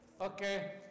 okay